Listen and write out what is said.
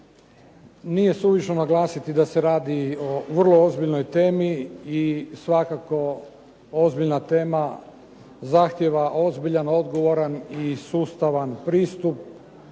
Nije suvišno naglasiti da se radi o vrlo ozbiljnoj temi i svakako ozbiljna tema zahtijeva ozbiljan, odgovoran i sustava pristup.